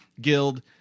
Guild